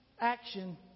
action